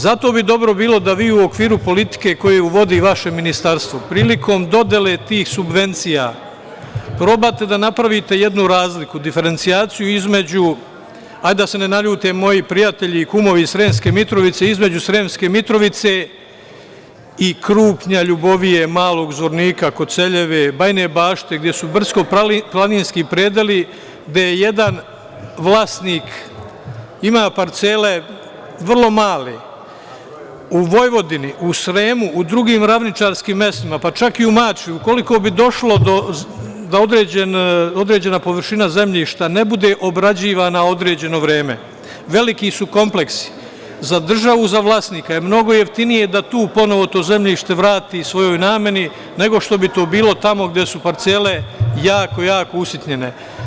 Zato bi dobro bilo da vi u okviru politike koju vodi vaše Ministarstvo, prilikom dodele tih subvencija probate da napravite jedanu razliku, diferencijaciju između, hajde da se ne naljute moji prijatelji i kumovi iz Sremske Mitrovice, između Sremske Mitrovice i Krupnja, Ljubovije, Malog Zvornika, Koceljeve, Bajne Bašte, gde su brdsko-planinski predeli, gde jedan vlasnik ima vrlo male parcele, u Vojvodini, u Sremu, u drugim ravničarskim mestima, pa čak i u Mačvi, i ukoliko bi došlo da određena površina zemljišta ne bude obrađivana određeno vreme veliki su kompleksi za državu i za vlasnika, jer mnogo je jeftinije da tu ponovo to zemljište vrati svojoj nameni, nego što bi to bilo tamo gde su parcele jako, jako usitnjene.